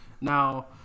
Now